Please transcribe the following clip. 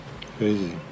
Crazy